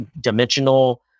Dimensional